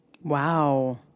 Wow